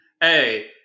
Hey